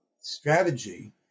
strategy